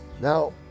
Now